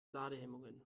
ladehemmungen